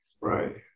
right